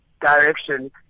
direction